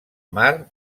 mar